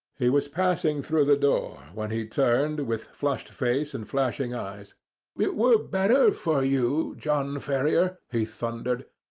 he was passing through the door, when he turned, with flushed face and flashing eyes. it were better for you, john ferrier, he thundered,